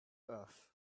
earth